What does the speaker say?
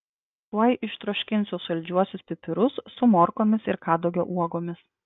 tuoj ištroškinsiu saldžiuosius pipirus su morkomis ir kadagio uogomis